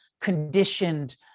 conditioned